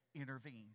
intervened